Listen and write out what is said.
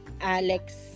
Alex